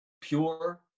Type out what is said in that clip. pure